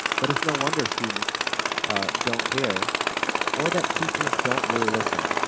but it's no wonder students don't care or that teachers don't really listen.